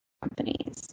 companies